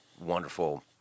wonderful